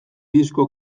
disko